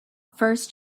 first